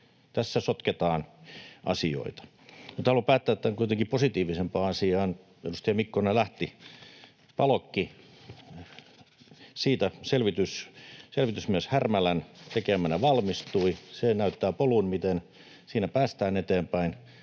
Tässä sotketaan asioita. Mutta haluan päättää tämän kuitenkin positiivisempaan asiaan — edustaja Mikkonen lähti —, Palokkiin. Siitä valmistui selvitys selvitysmies Härmälän tekemänä. Se näyttää polun, miten siinä päästään eteenpäin.